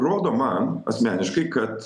rodo man asmeniškai kad